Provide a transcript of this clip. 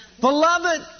Beloved